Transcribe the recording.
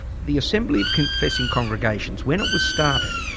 the assembly of confessing congregations, when it was started,